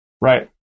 Right